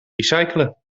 recyclen